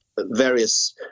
various